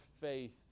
faith